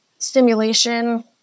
stimulation